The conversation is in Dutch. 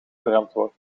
verantwoord